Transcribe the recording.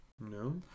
No